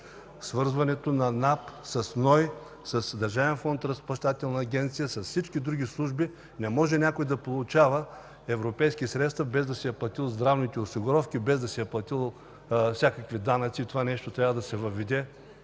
осигурителен институт, с Държавен фонд – Разплащателна агенция, с всички други служби. Не може някой да получава европейски средства, без да си е платил здравните осигуровки, всякакви данъци. Това нещо трябва да се въведе